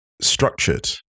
structured